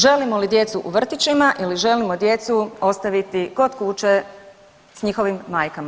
Želimo li djecu u vrtićima ili želimo djecu ostaviti kod kuće s njihovim majkama?